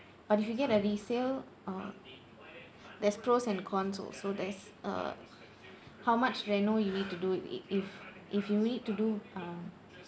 but if you get a resale uh there's pros and cons also there's uh how much reno you need to do i~ if if you need to do uh